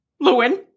Lewin